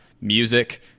music